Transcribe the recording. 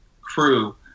crew